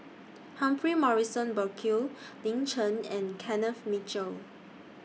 Humphrey Morrison Burkill Lin Chen and Kenneth Mitchell